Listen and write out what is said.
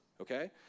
okay